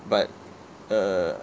but err